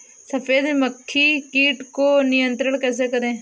सफेद मक्खी कीट को नियंत्रण कैसे करें?